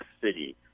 city